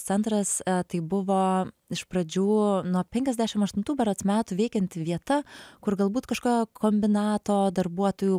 centras tai buvo iš pradžių nuo penkiasdešimt aštuntų berods metų veikianti vieta kur galbūt kažką kombinato darbuotojų